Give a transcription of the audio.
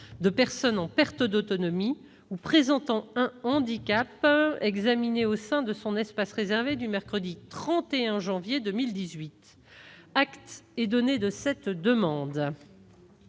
de personnes en perte d'autonomie ou présentant un handicap examinée au sein de son espace réservé du mercredi 31 janvier 2018. Acte est donné de cette demande.